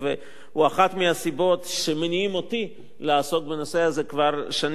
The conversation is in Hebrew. שהוא אחת מהסיבות שמניעות אותי לעסוק בנושא הזה כבר שנים רבות,